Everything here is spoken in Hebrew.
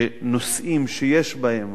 שנושאים שיש בהם